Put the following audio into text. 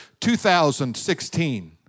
2016